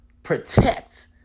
Protect